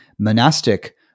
monastic